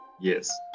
Yes